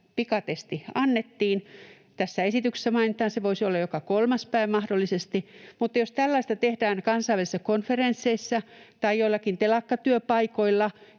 pikatesti annettiin. Tässä esityksessä mainitaan, että se voisi olla joka kolmas päivä mahdollisesti. Mutta jos tällaista tehdään kansainvälisissä konferensseissa tai joillakin telakkatyöpaikoilla,